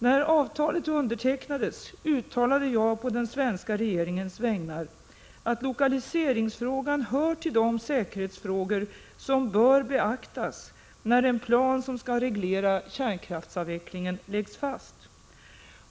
När avtalet undertecknades uttalade jag på den svenska regeringens vägnar att lokaliseringsfrågan hör till de säkerhetsfrågor som bör beaktas när en plan som skall reglera kärnkraftsavvecklingen läggs fast.